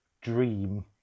dream